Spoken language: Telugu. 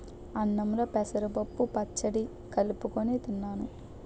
అన్నంలో పెసరపప్పు పచ్చడి కలుపుకొని తిన్నాను